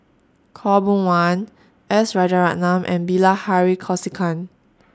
Khaw Boon Wan S Rajaratnam and Bilahari Kausikan